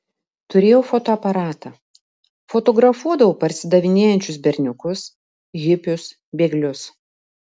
turėjau fotoaparatą fotografuodavau parsidavinėjančius berniukus hipius bėglius